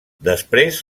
després